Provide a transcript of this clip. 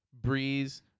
Breeze